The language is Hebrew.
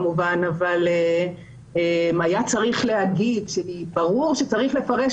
אבל ראה לנכון שצריך להגיד שברור שצריך לפרש